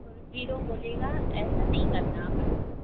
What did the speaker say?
और हीरो बोलेगा ऐसा नहीं करना अपन को